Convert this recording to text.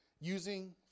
using